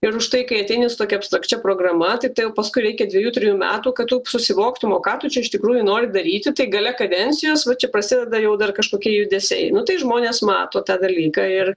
ir užtai kai ateini su tokia abstrakčia programa tiktai paskui reikia dvejų trejų metų kad taip susivoktumei ką tu čia iš tikrųjų nori daryti tai gale kadencijos va čia prasideda jau dar kažkokie judesiai nu tai žmonės mato tą dalyką ir